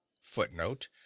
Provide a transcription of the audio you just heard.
Footnote